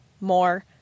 more